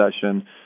session